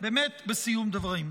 באמת, בסיום הדברים,